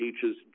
teaches